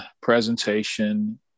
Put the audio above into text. presentation